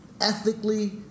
ethically